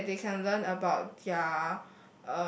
so that they can learn about their